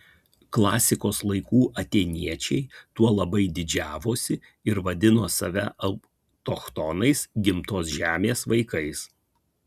klasikos laikų atėniečiai tuo labai didžiavosi ir vadino save autochtonais gimtos žemės vaikais